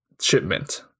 shipment